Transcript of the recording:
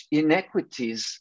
inequities